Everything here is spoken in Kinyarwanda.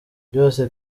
byose